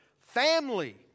Family